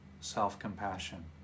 self-compassion